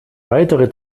weitere